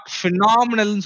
phenomenal